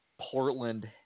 Portland –